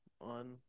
on